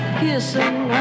kissing